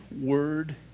word